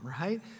right